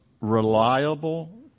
reliable